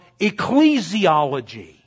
ecclesiology